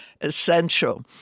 essential